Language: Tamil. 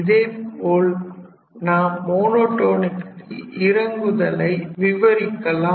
இதேபோல் நாம் மோனோடோனிக்கலி இறங்குதலை விவரிக்கலாம்